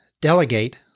delegate